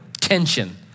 tension